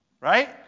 Right